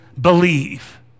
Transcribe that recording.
believe